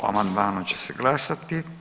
O amandmanu će se glasati.